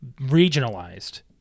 regionalized